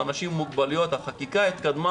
הצעת חוק שוויון זכויות לאנשים עם מוגבלות (תיקון מידע